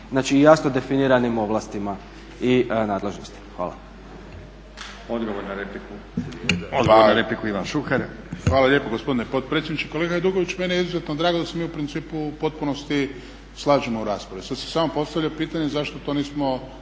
Znači i jasno definiranim ovlastima i nadležnostima. Hvala.